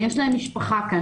יש להם משפחה כאן,